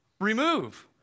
remove